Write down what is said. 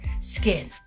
skin